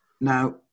now